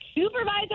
supervisor